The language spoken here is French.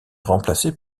remplacés